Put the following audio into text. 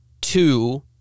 Two